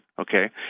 Okay